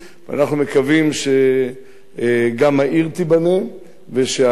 אנחנו מקווים שגם העיר תיבנה ושהאס.אם.אסים,